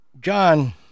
John